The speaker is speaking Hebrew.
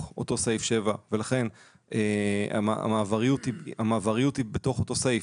אותו סעיף 7 ולכן המעבריות היא בתוך אותו סעיף,